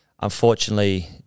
unfortunately